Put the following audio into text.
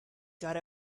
got